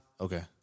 Okay